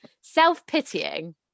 Self-pitying